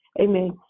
Amen